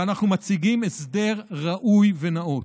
ואנחנו מציגים הסדר ראוי ונאות.